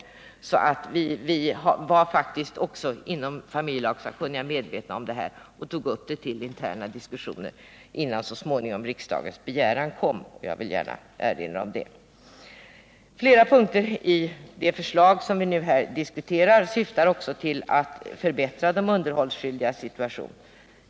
Vi var alltså inom familjelagssakkunniga medvetna om dessa problem och tog upp dem till interna diskussioner redan innan riksdagens begäran så småningom kom. Flera punkter i det förslag som vi nu diskuterar syftar till att förbättra de underhållsskyldigas situation.